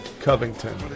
Covington